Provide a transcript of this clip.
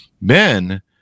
Men